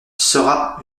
sera